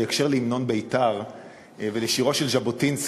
בהקשר של המנון בית"ר ושירו של ז'בוטינסקי